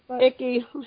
icky